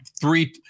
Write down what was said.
three